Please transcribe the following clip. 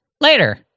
Later